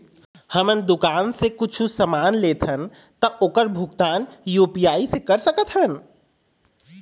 हमन दुकान से कुछू समान लेथन ता ओकर भुगतान यू.पी.आई से कर सकथन?